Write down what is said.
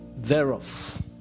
thereof